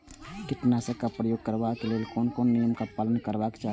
कीटनाशक क प्रयोग करबाक लेल कोन कोन नियम के पालन करबाक चाही?